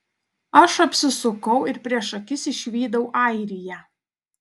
aš apsisukau ir prieš akis išvydau airiją